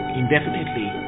indefinitely